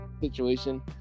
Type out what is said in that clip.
situation